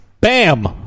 bam